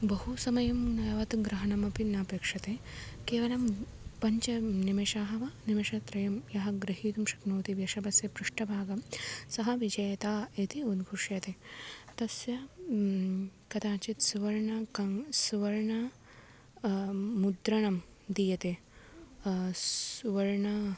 बहु सामयं यावत् ग्रहणमपि नापेक्षते केवलं पञ्चनिमिषः वा निमिषत्रयं यः ग्रहीतुं शक्नोति वृषभस्य पृष्ठभागं सः विजेता इति उद्घुष्यते तस्य कदाचित् सुवर्णकं सुवर्णं मुद्रणं दीयते सुवर्णम्